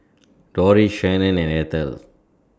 Doris Shannen and Ethel